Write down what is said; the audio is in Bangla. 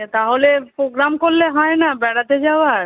ঠিক আছে তাহলে পোগ্রাম করলে হয় না বেড়াতে যাওয়ার